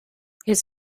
his